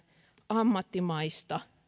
ammattimaista